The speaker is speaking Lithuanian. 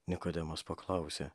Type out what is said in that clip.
nikodemas paklausė